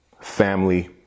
family